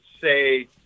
say